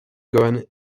gohan